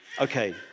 okay